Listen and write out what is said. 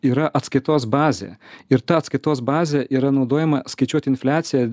yra atskaitos bazė ir ta atskaitos bazė yra naudojama skaičiuot infliaciją